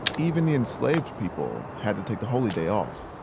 even the enslaved people had to take the holy day off.